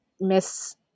miss